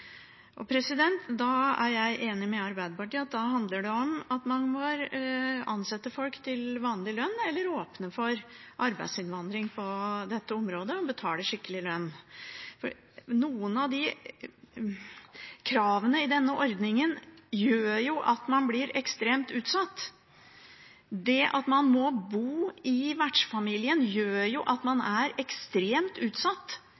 er enig med Arbeiderpartiet i at da handler det om at man må ansette folk til vanlig lønn eller åpne for arbeidsinnvandring på dette området og betale skikkelig lønn. Noen av kravene i denne ordningen gjør at man blir ekstremt utsatt. Det at man må bo i vertsfamilien, gjør at man er ekstremt utsatt